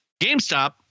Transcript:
GameStop